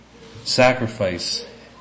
sacrifice